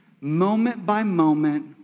moment-by-moment